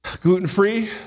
Gluten-free